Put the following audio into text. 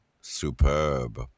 superb